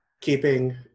keeping